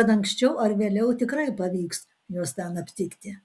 kad anksčiau ar vėliau tikrai pavyks juos ten aptikti